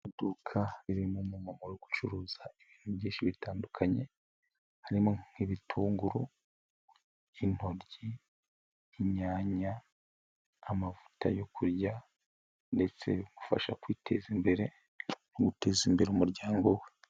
Iduka ririmo umumama uri gucuruza ibintu byinshi bitandukanye, harimo nk'ibitunguru, intoryi, inyanya, amavuta yo kurya, ndetse bimufasha kwiteza imbere, no guteza imbere umuryango we.